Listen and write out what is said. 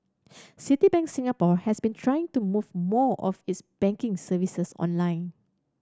Citibank Singapore has been try to move more of its banking services online